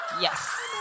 Yes